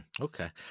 Okay